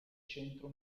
centro